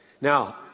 Now